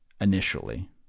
initially